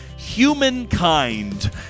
humankind